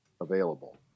available